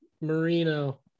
Marino